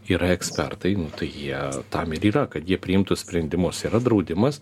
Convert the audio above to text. yra ekspertai nu tai jie tam ir yra kad jie priimtų sprendimus yra draudimas